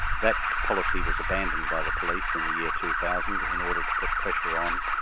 that policy was abandoned by the police in the year two thousand in order to put pressure on,